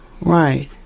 right